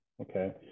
okay